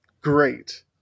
Great